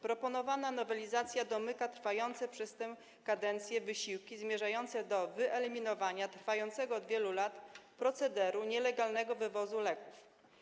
Proponowana nowelizacja domyka trwające przez tę kadencję wysiłki zmierzające do wyeliminowania trwającego od wielu lat procederu nielegalnego wywozu leków.